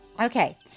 Okay